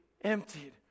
emptied